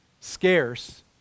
scarce